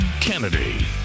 Kennedy